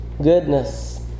goodness